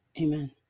Amen